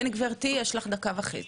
גברתי, יש לך דקה וחצי.